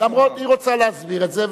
היא רוצה להסביר את זה,